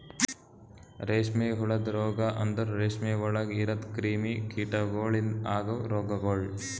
ರೇಷ್ಮೆ ಹುಳದ ರೋಗ ಅಂದುರ್ ರೇಷ್ಮೆ ಒಳಗ್ ಇರದ್ ಕ್ರಿಮಿ ಕೀಟಗೊಳಿಂದ್ ಅಗವ್ ರೋಗಗೊಳ್